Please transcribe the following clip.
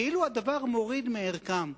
כאילו הדבר מוריד מערכם.